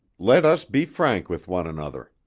let us be frank with one another.